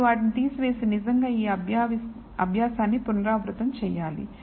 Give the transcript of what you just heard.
మీరు వాటిని తీసివేసి నిజంగా ఈ అభ్యాసాన్ని పునరావృతం చేయాలి